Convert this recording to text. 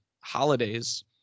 holidays